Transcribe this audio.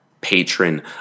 patron